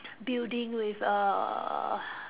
building with uh